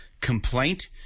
complaint